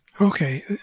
Okay